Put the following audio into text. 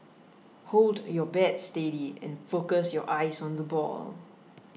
hold your bat steady and focus your eyes on the ball